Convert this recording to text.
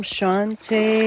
Shante